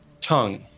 tongue